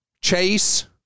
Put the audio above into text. Chase